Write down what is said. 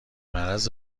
مرض